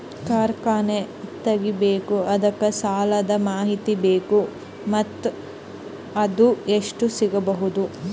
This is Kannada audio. ಕಾರ್ಖಾನೆ ತಗಿಬೇಕು ಅದಕ್ಕ ಸಾಲಾದ ಮಾಹಿತಿ ಬೇಕು ಮತ್ತ ಅದು ಎಷ್ಟು ಸಿಗಬಹುದು?